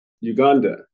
Uganda